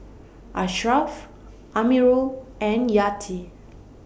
Ashraff Amirul and Yati